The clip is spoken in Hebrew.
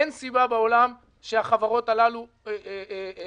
אין סיבה בעולם שהחברות הללו יוחרגו.